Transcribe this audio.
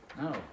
No